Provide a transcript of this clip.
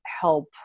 help